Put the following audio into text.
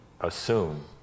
assume